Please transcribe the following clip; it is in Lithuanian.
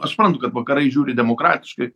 aš suprantu kad vakarai žiūri demokratiškai